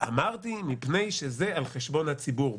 אמרתי: מפני שזה על חשבון הציבור".